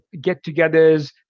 get-togethers